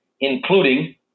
including